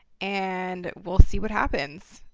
and we'll see what happens,